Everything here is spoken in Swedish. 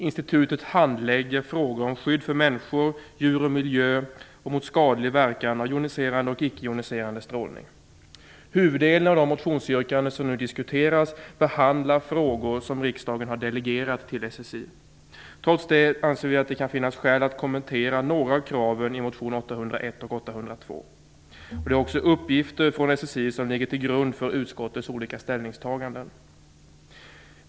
Institutet handlägger frågor om skydd för människor, djur och miljö samt frågor om skadlig verkan av joniserande och icke-joniserande strålning. Huvuddelen av de motionsyrkanden som nu diskuteras behandlar frågor som riksdagen har delegerat till SSI. Trots det kan det finnas skäl att kommentera några av kraven i motionerna 801 och 802. Det är också uppgifter från SSI som ligger till grund för utskottets olika ställningstaganden.